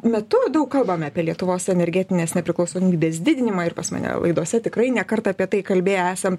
metu daug kalbame apie lietuvos energetinės nepriklausomybės didinimą ir pas mane laidose tikrai ne kartą apie tai kalbėję esam